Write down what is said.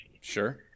Sure